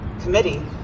committee